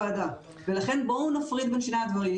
לכן בואו נפריד בין שני הדברים.